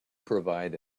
provide